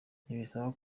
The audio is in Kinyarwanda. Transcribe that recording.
ntibisaba